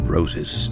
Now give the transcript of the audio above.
Roses